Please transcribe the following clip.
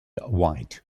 white